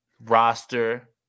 roster